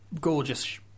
gorgeous